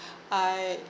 I